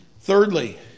Thirdly